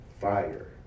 fire